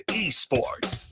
eSports